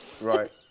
Right